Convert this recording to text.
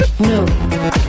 No